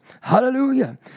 Hallelujah